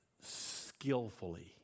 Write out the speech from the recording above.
skillfully